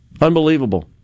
Unbelievable